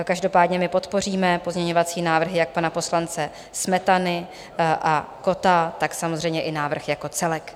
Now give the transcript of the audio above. Každopádně my podpoříme pozměňovací návrhy jak pana poslance Smetany a Kotta, tak samozřejmě i návrh jako celek.